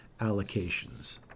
allocations